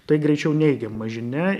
tai greičiau neigiama žinia